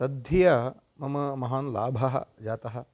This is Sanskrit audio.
तद्धिया मम महान् लाभः जातः